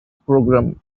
program